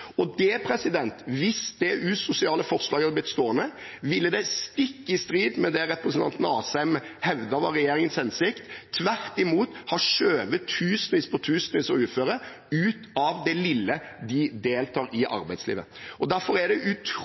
Hvis det usosiale forslaget hadde blitt stående, ville det, stikk i strid med det representanten Asheim hevdet var regjeringens hensikt, ha skjøvet tusenvis på tusenvis av uføre ut av det lille de deltar i arbeidslivet. Derfor er det